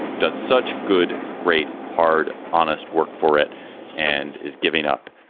done such good, great, hard, honest work for it and is giving up.